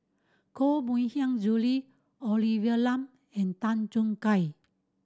Koh Mui Hiang Julie Olivia Lum and Tan Choo Kai